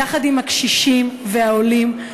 יחד עם הקשישים והעולים,